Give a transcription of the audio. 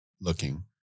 looking